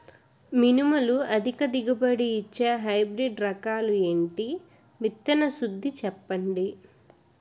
మినుములు అధిక దిగుబడి ఇచ్చే హైబ్రిడ్ రకాలు ఏంటి? విత్తన శుద్ధి చెప్పండి?